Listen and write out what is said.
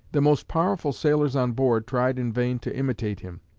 the most powerful sailors on board tried in vain to imitate him.